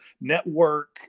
network